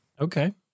Okay